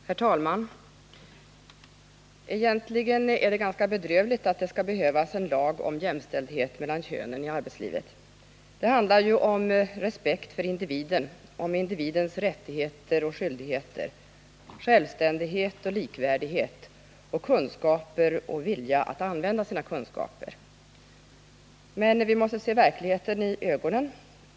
Herr talman! Egentligen är det ganska bedrövligt att det skall behövas en lag om jämställdhet mellan könen i arbetslivet. Det handlar ju om respekt för individen, om individens rättigheter och skyldigheter. självständighet och likvärdighet, kunskaper och vilja att använda sina kunskaper. Men vi måste se verkligheten i ögonen.